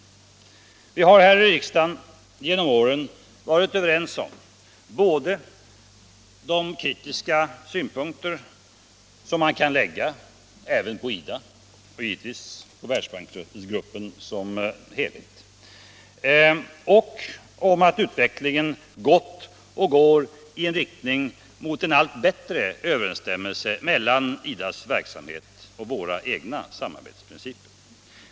Vi har här i riksdagen genom åren varit överens både om de kritiska synpunkter som man kan anlägga även på IDA och på Världsbanksgruppen som helhet och om att utvecklingen gått och går i riktning mot en allt bättre överensstämmelse mellan IDA:s verksamhet och våra samarbetsprinciper.